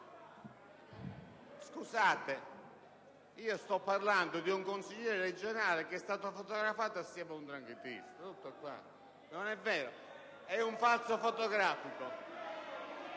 Scusate, sto parlando di un consigliere regionale che è stato fotografato insieme a un 'ndranghetista, tutto qui. Non è vero? È un falso fotografico?